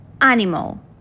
animal